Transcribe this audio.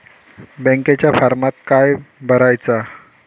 बँकेच्या फारमात काय भरायचा?